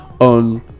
on